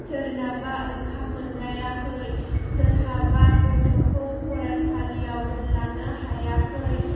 सोरनाबा ओंखाम मोनजायाखै सोरहाबा गथ'खौ फरायसालियाव दोनलांनो हायाखै